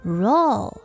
roll